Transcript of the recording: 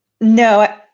No